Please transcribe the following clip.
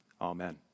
Amen